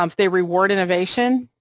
um they reward innovation,